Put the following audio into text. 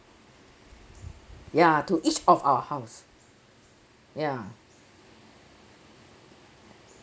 ya to each of our house ya